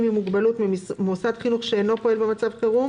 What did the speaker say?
עם מוגבלות ממוסד חינוך שאינו פועל במצב חירום,